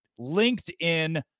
LinkedIn